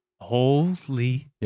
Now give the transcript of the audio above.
Holy